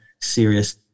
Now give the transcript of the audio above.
serious